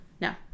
no